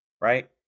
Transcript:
Right